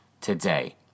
today